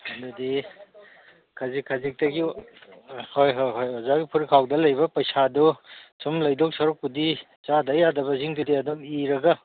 ꯑꯗꯨꯗꯤ ꯈꯖꯤꯛ ꯈꯖꯤꯛꯇꯒꯤ ꯍꯣꯏ ꯍꯣꯏ ꯍꯣꯏ ꯑꯣꯖꯥꯒꯤ ꯐꯨꯔꯤꯠꯈꯥꯎꯗ ꯂꯩꯔꯤꯕ ꯄꯩꯁꯥꯗꯨ ꯁꯨꯝ ꯂꯩꯗꯧ ꯁꯔꯨꯛꯄꯨꯗꯤ ꯆꯥꯗ ꯌꯥꯗꯕꯡꯁꯤꯡꯗꯨꯗꯤ ꯑꯗꯨꯝ ꯏꯔꯒ